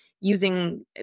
using